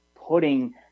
putting –